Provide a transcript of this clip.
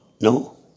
No